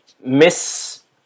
miss